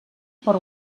por